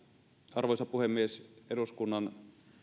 arvoisa puhemies eduskunnan